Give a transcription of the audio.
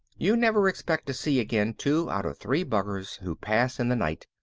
you never expect to see again two out of three buggers who pass in the night,